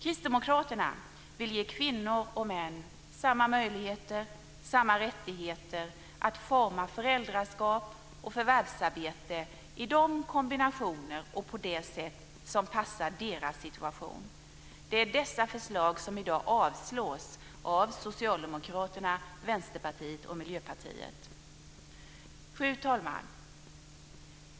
Kristdemokraterna vill ge kvinnor och män samma möjligheter och samma rättigheter att forma föräldraskap och förvärvsarbete i de kombinationer och på det sätt som passar deras situation. Det är dessa förslag som i dag avstyrks av Socialdemokraterna, Fru talman!